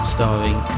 Starring